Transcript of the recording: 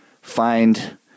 find